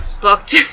booked